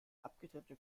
abgetrennte